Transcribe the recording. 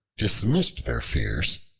dismissed their fears,